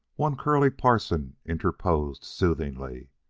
one curly parson interposed soothingly.